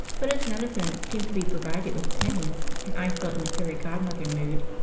but as none of them seemed to be provided with pennies, and i felt in a fairy godmother mood,